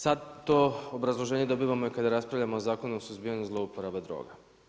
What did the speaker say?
Sada to obrazloženje dobivamo i kada raspravljamo o Zakonu o suzbijanju zloporaba droga.